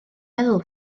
meddwl